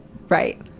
right